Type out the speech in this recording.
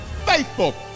Faithful